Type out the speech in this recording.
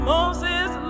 Moses